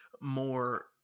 more